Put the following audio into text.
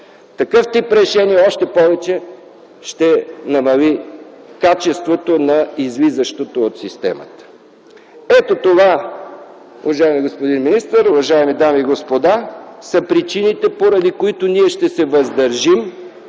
Такъв тип решения още повече ще намалят качеството на излизащото от системата. Ето това, уважаеми господин министър, уважаеми дами и господа, са причините, поради които ние ще се въздържим